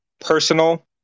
personal